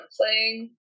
playing